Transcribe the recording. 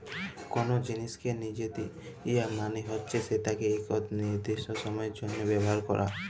call জিলিসকে লিজে দিয়া মালে হছে সেটকে ইকট লিরদিস্ট সময়ের জ্যনহে ব্যাভার ক্যরা